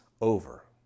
over